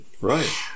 Right